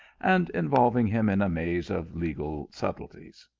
and involving him in a maze of legal subtilities.